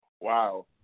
Wow